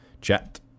chat